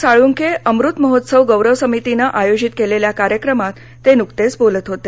साळुंखे अमृत महोत्सव गौरव समितीनं आयोजित केलेल्या कार्यक्रमात ते नुकतेच बोलत होते